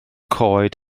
coed